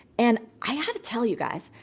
and i had to tell you guys,